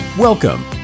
Welcome